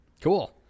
Cool